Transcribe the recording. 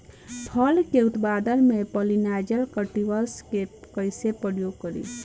फल के उत्पादन मे पॉलिनाइजर कल्टीवर्स के कइसे प्रयोग करी?